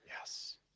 Yes